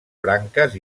branques